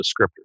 descriptors